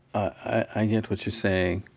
i get what you're saying.